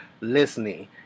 listening